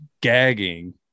gagging